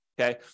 okay